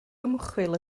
ymchwil